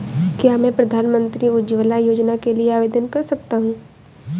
क्या मैं प्रधानमंत्री उज्ज्वला योजना के लिए आवेदन कर सकता हूँ?